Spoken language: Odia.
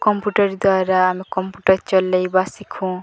କମ୍ପ୍ୟୁଟର ଦ୍ୱାରା ଆମେ କମ୍ପ୍ୟୁଟର ଚଲାଇବା ଶିଖୁଁ